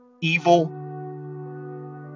evil